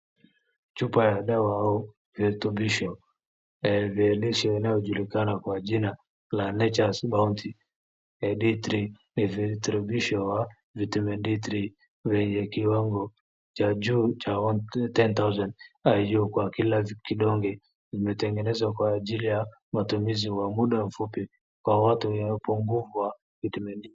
Chupa ya dawa au virutubisho vya lishe vinavyojulikana kwa jina la natures bounty D3 . Ni virutubisho vya Vitamin D3 vyenye kiwango cha juu cha 210,000 IU kwa kila kidonge, kimetengezwa kwa ajili ya matumizi ya muda mfupi kwa watu wenye upungufu wa vitamin D .